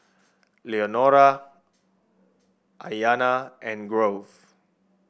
Leonora Aiyana and Grove